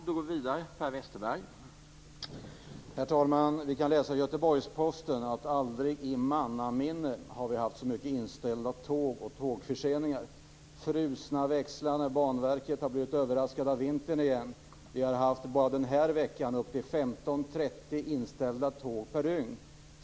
Herr talman! Vi kan läsa i Göteborgs-Posten att vi aldrig i mannaminne har haft så många inställda tåg och tågförseningar. Vi har fått frusna växlar när Banverket har blivit överraskat av vintern igen. Bara den här veckan har vi haft upp till 15-30 inställda tåg per dygn.